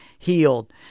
healed